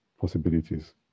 possibilities